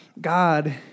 God